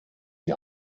die